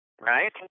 right